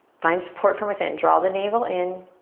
find support from within. draw the navel in.